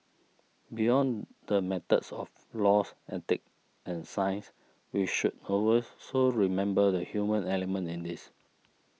beyond the matters of laws ethics and science we should over also remember the human element in this